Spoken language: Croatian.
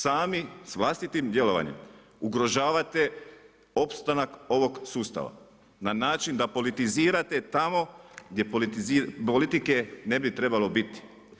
Sami, sa vlastitim djelovanjem, ugrožavate opstanak ovog sustava, na način da politizirate tamo, gdje politike ne bi trebalo biti.